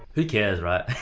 who cares, right?